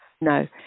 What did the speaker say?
No